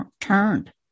turned